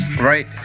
right